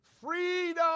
Freedom